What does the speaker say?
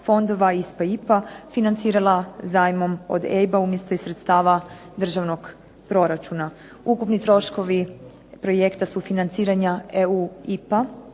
fondova ISPA IPA financirala zajmom od EIB-a umjesto iz sredstava državnog proračuna. Ukupni troškovi projekta sufinanciranja EU IPA